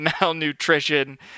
malnutrition